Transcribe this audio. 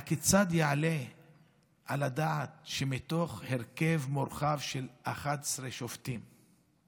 הכיצד יעלה על הדעת שמתוך הרכב מורחב של 11 שופטים,